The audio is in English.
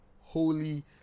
Holy